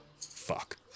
fuck